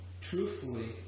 truthfully